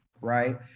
right